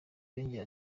yongeye